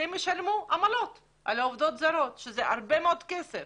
שהם ישלמו עמלות על העובדות הזרות ומדובר בהרבה מאוד כסף